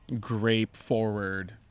grape-forward